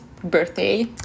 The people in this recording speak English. Birthday